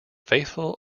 faithful